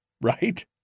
Right